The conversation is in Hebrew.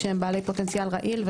שהם בעלי פוטנציאל רעיל,